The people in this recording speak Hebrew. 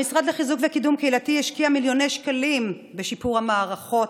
המשרד לחיזוק וקידום קהילתי השקיע מיליוני שקלים בשיפור המערכות,